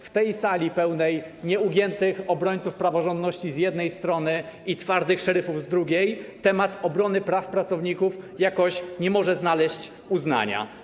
W tej sali pełnej nieugiętych obrońców praworządności, z jednej strony, i twardych szeryfów, z drugiej, temat obrony praw pracowników jakoś nie może znaleźć uznania.